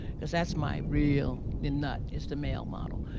because that's my real nut is the male model.